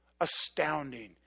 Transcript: astounding